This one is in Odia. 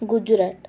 ଗୁଜରାଟ